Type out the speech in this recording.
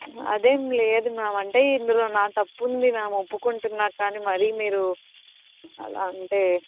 అది ఏమి లేదు మ్యామ్ అంటే ఇందులో నా తప్పు ఉంది మ్యామ్ ఒప్పుకుంటున్నాను కానీ మరీ మీరు అలా అంటే